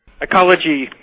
Ecology